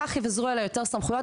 כך יבוזרו אליה יותר סמכויות,